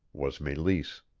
was meleese.